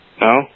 No